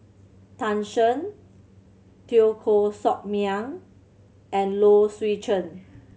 Tan Shen Teo Koh Sock Miang and Low Swee Chen